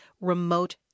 remote